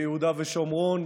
ביהודה ושומרון,